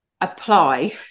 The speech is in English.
apply